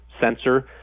sensor